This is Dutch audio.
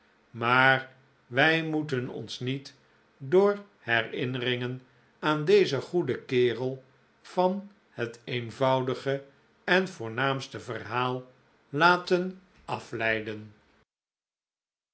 maar wij moeten ons niet door herinneringen aan dezen goeden kerel van het eenvoudige en voornaamste verhaal laten afleiden